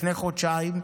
לפני חודשיים,